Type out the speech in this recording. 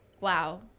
wow